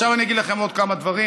עכשיו אני אגיד לכם עוד כמה דברים,